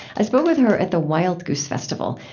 i spoke with her at the wild goose festival,